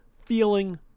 feeling